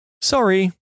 Sorry